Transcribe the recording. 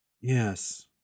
Yes